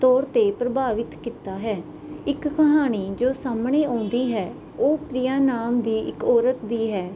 ਤੌਰ ਤੇ ਪ੍ਰਭਾਵਿਤ ਕੀਤਾ ਹੈ ਇੱਕ ਕਹਾਣੀ ਜੋ ਸਾਹਮਣੇ ਆਉਂਦੀ ਹੈ ਉਹ ਪ੍ਰਿਆ ਨਾਮ ਦੀ ਇੱਕ ਔਰਤ ਦੀ ਹੈ